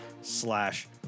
slash